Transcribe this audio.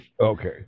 Okay